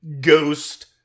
ghost